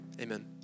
Amen